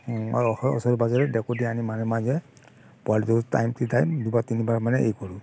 আৰু ওচৰে পাজৰে দেকু দি আনি মাজে মাজে পোৱালিটো টাইম টু টাইম দুবাৰ তিনিবাৰ মানে এই কৰোঁ